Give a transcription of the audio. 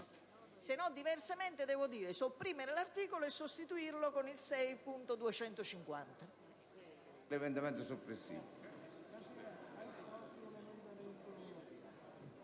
6.250. Diversamente dovrei dire: sopprimere l'articolo e sostituirlo con il 6.250.